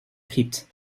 crypte